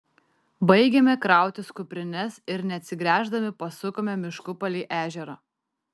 baigėme krautis kuprines ir neatsigręždami pasukome mišku palei ežerą